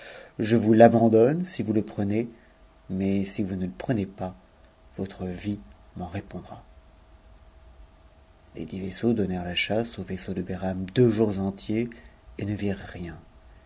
je vous l'abandonne si vous le prenez mais si vous ne le prenez pas votre vie m'en répondra a les dix vaisseaux donnèrent la chasse au vaisseau de behram deux jours entiers et ne virent rien